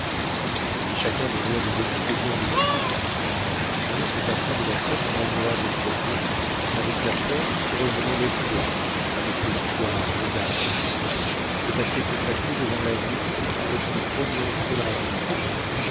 et chacun de rire des expédients de joe la journée se passa de la sorte en agréables propos avec la force revenait l'espoir avec l'espoir l'audace le passé s'effaçait devant l'avenir avec une providentielle rapidité